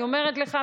אני אומרת לך,